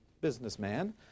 businessman